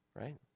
right